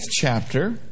chapter